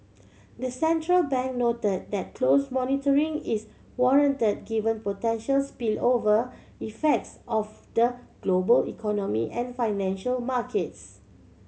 the central bank note that close monitoring is warrant given potential spillover effects of the global economy and financial markets